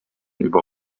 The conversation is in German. über